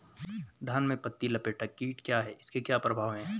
धान में पत्ती लपेटक कीट क्या है इसके क्या प्रभाव हैं?